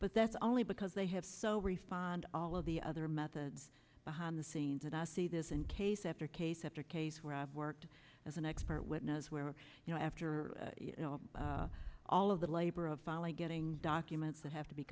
but that's only because they have so respond all of the other methods behind the scenes and i see this in case after case after case where i've worked as an expert witness where you know after you know all of the labor of finally getting documents that have to be